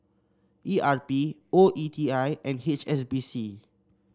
E R P O E T I and H S B C